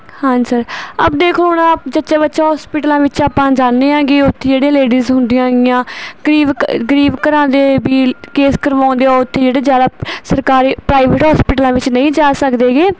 ਹਾਂਜੀ ਸਰ ਆਪ ਦੇਖੋ ਹੁਣ ਆਪ ਜੱਚਾ ਬੱਚਾ ਹੋਸਪੀਟਲਾਂ ਵਿੱਚ ਆਪਾਂ ਜਾਂਦੇ ਹਾਂ ਗੇ ਉੱਥੇ ਜਿਹੜੀਆਂ ਲੇਡੀਸ ਹੁੰਦੀਆਂ ਗੀਆਂ ਗਰੀਬ ਗਰੀਬ ਘਰਾਂ ਦੇ ਵੀ ਕੇਸ ਕਰਵਾਉਂਦੇ ਆ ਉੱਥੇ ਜਿਹੜੇ ਜ਼ਿਆਦਾ ਸਰਕਾਰੀ ਪ੍ਰਾਈਵੇਟ ਹੋਸਪਿਟਲਾਂ ਵਿੱਚ ਨਹੀਂ ਜਾ ਸਕਦੇ ਹੈਗੇ